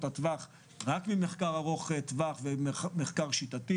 הטווח רק ממחקר ארוך טווח ומחקר שיטתי.